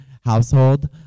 household